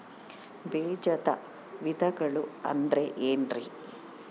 ಬೇಜದ ವಿಧಗಳು ಅಂದ್ರೆ ಏನ್ರಿ?